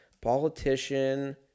Politician